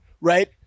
right